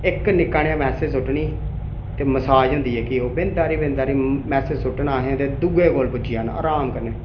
इक निक्का नेहा मैसेज सुट्टनी मैसेज होंदी जेह्की ओह् बिंद हारी मैसेज सुट्टना अहें अदे दूए कोल पुज्जी जाना आराम कन्नै